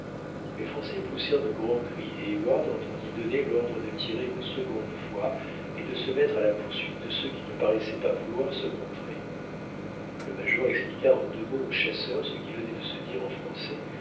les français poussèrent de grands cris et heyward entendit donner l'ordre de tirer une seconde fois et de se mettre à la poursuite de ceux qui ne paraissaient pas vouloir se montrer le major expliqua en deux mots au chasseur ce qui venait de se dire en français